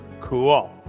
cool